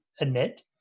admit